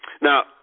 Now